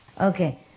Okay